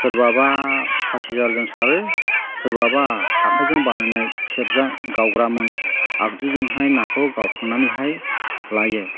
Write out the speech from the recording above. सोरबाबा फासिजालजों सारो सोरबाबा आखाइजों बानायनाय खेबजां गावग्रा आगजुजोंहाय नाखौ गावखांनानैहाय लायो